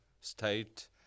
state